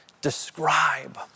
describe